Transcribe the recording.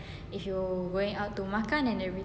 if you going out to makan and everything